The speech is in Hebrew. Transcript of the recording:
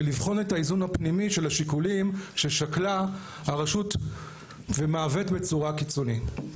ולבחון את האיזון הפנימי של השיקולים ששקלה הרשות ומעוות בצורה קיצונית.